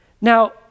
Now